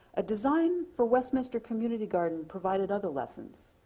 a design for westminster community garden provided other lessons.